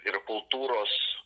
ir kultūros